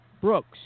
Brooks